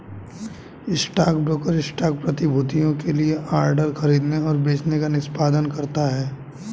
stockbroker stock प्रतिभूतियों के लिए ऑर्डर खरीदने और बेचने का निष्पादन करता है